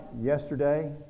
yesterday